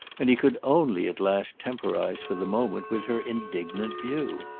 and he could only at last temporise, for the moment, with her indignant view.